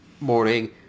morning